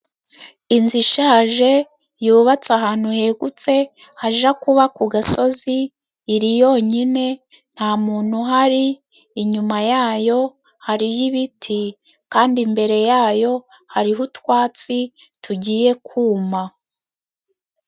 Inzu ishaje yubatse ahantu hegutse, haja kuba ku gasozi iri yonyine, nta muntu uhari, inyuma yayo hari ibiti kandi imbere yayo hariho utwatsi tugiye kuma.